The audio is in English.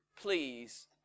Please